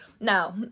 Now